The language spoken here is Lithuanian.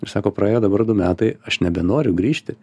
ir sako praėjo dabar du metai aš nebenoriu grįžti